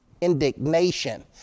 Indignation